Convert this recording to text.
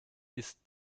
ist